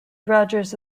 rogers